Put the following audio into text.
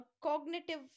cognitive